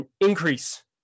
increase